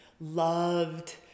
loved